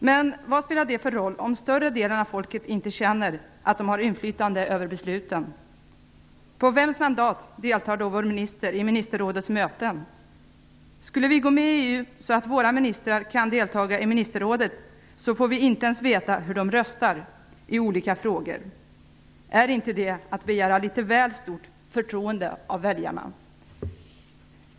Men vad spelar det för roll, om större delen av folket inte känner att de har inflytande över besluten? På vems mandat deltar då vår minister i ministerrådets möten? Skulle vi gå med i EU så att våra ministrar kan delta i ministerrådet, får vi inte ens veta hur de röstar i olika frågor. Är inte det att begära litet väl stort förtroende av väljarna?